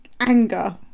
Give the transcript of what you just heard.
anger